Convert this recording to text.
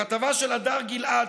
בכתבה של הדר גלעד,